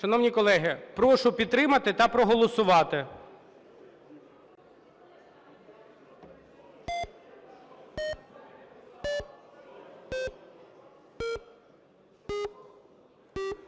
Шановні колеги, прошу підтримати та проголосувати.